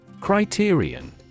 Criterion